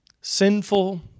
sinful